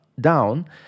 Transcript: down